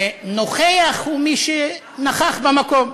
נוכֵחַ הוא מי שנָכַח במקום.